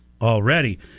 already